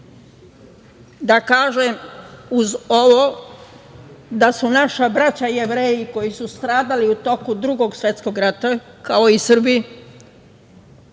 kažem uz ovo da su naša braća Jevreji koji su stradali u toku Drugog svetskog rata, kao i Srbi,